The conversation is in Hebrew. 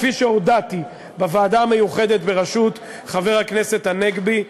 כפי שהודעתי בוועדה המיוחדת בראשות חבר הכנסת הנגבי,